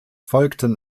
folgten